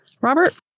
Robert